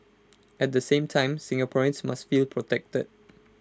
at the same time Singaporeans must feel protected